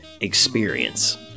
experience